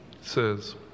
says